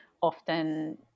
often